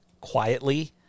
quietly